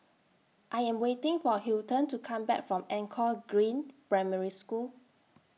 I Am waiting For Hilton to Come Back from Anchor Green Primary School